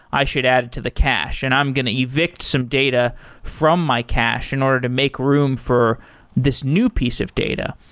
i should add it to the cache and i'm getting evict some data from my cash in order to make room for this new piece of data.